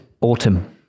autumn